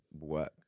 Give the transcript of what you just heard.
work